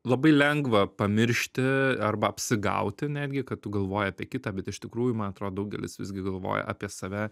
labai lengva pamiršti arba apsigauti netgi kad tu galvoji apie kitą bet iš tikrųjų man atrodo daugelis visgi galvoja apie save